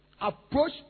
approach